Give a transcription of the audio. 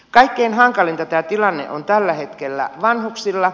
kaikkein hankalin tämä tilanne on tällä hetkellä vanhuksilla